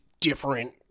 different